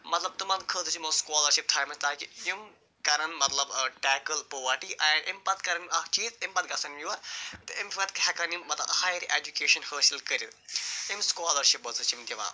مطلب تِمَن خٲطرٕ چھِ یِمَو سکالَرشِپ تھایمَژٕ تاکہِ یِم کَرَن مطلب ٹیکٕل پووَرٹی اَمہِ پتہٕ کَرَن اَکھ چیٖز اَمہِ پتہٕ گژھَن یِم یور تہٕ اَمہِ ہٮ۪کَن یِم مطلب ہایَر یہِ اٮ۪جُکیشَن حٲصِل کٔرِتھ اَمہِ سکالَرشِپ چھِ یِم دِوان